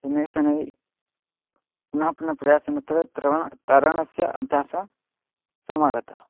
शनैः शनैः पुनः पुनः प्रयासं तत्र तरणं तरणस्य अभ्यासः समागतः